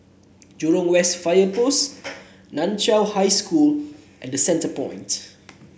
Jurong West Fire Post Nan Chiau High School and Centrepoint